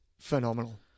phenomenal